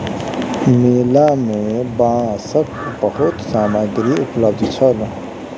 मेला में बांसक बहुत सामग्री उपलब्ध छल